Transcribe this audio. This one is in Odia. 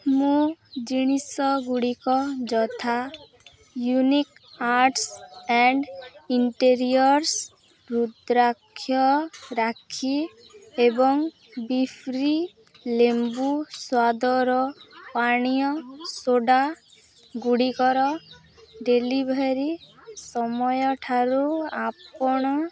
ମୋ ଜିନିଷ ଗୁଡ଼ିକ ଯଥା unique arts and interiors rudraksha rakhi ଏବଂ ବିଫ୍ରି ଲେମ୍ବୁ ସ୍ୱାଦର ପାନୀୟ ସୋଡ଼ା ଗୁଡ଼ିକର ଡେଲିଭରି ସମୟ ଠାରୁ ଆପଣ